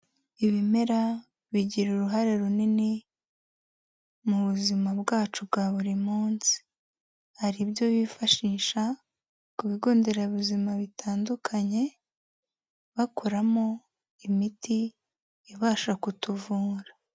Ibimera bigira uruhare runini, mu buzima bwacu bwa buri munsi, hari ibyo bifashisha ku bigo nderabuzima bitandukanye bakoramo imiti ibasha kutuvura.